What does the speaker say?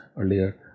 earlier